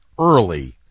early